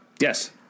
Yes